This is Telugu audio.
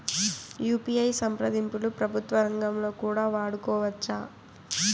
యు.పి.ఐ సంప్రదింపులు ప్రభుత్వ రంగంలో కూడా వాడుకోవచ్చా?